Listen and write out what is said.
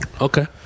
Okay